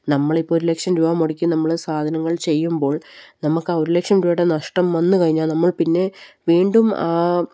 നമ്മളിപ്പോള് ഒരു ലക്ഷം രൂപ മുടക്കി നമ്മള് സാധനങ്ങൾ ചെയ്യുമ്പോൾ നമുക്ക് ആ ഒരു ലക്ഷം രൂപയുടെ നഷ്ടം വന്നുകഴിഞ്ഞാല് നമ്മൾ പിന്നെ വീണ്ടും ആ